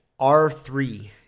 R3